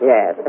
Yes